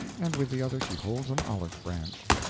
and with the other she holds an olive branch.